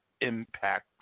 Impacts